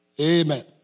Amen